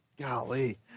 golly